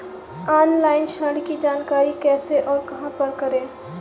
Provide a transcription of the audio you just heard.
Online ऋण की जानकारी कैसे और कहां पर करें?